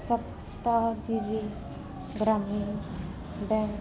Saptagiri Grameen bank